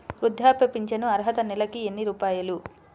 వృద్ధాప్య ఫింఛను అర్హత నెలకి ఎన్ని రూపాయలు?